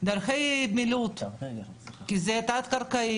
דרכי מילוט כי זה תת קרקעי.